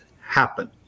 happen